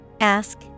Ask